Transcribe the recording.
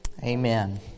Amen